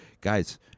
guys